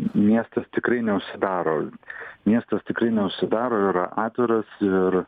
miestas tikrai neužsidaro miestas tikrai neužsidaro yra atviras ir